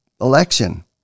election